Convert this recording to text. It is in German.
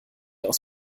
aus